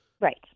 Right